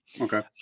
Okay